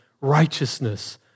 Righteousness